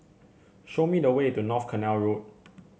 show me the way to North Canal Road